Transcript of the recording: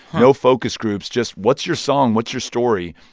no focus groups, just what's your song? what's your story?